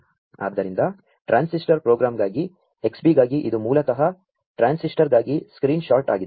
ಆದ್ದರಿಂ ದ transmitter program ಗಾ ಗಿ Xbee ಗಾ ಗಿ ಇದು ಮೂ ಲತಃ ಟ್ರಾ ನ್ಸ್ಮಿ ಟರ್ಗಾ ಗಿ ಸ್ಕ್ರೀ ನ್ ಶಾ ಟ್ ಆಗಿದೆ